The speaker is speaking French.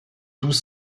tous